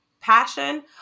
passion